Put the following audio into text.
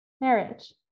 Marriage